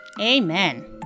Amen